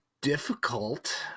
difficult